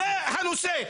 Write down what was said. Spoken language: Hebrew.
זה הנושא?